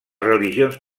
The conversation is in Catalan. religions